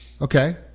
Okay